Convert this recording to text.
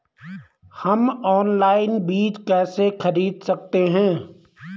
हम ऑनलाइन बीज कैसे खरीद सकते हैं?